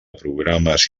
programes